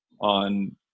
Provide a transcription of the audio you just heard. on